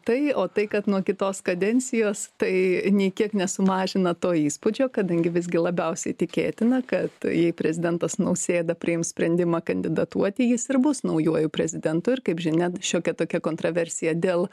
tai o tai kad nuo kitos kadencijos tai nei kiek nesumažina to įspūdžio kadangi visgi labiausiai tikėtina kad jei prezidentas nausėda priims sprendimą kandidatuoti jis ir bus naujuoju prezidentu ir kaip žinia šiokia tokia kontraversija dėl